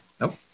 Nope